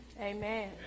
Amen